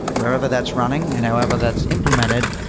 wherever that's running and however that's implemented,